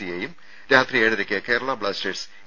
സിയെയും രാത്രി ഏഴരയ്ക്ക് Kerala Blasters A